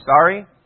sorry